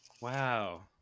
Wow